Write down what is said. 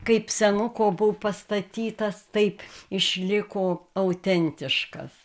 kaip senuko buvo pastatytas taip išliko autentiškas